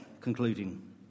concluding